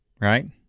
right